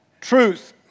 truth